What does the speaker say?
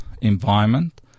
environment